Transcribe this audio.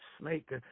snake